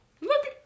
look